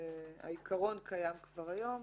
העיקרון קיים כבר היום,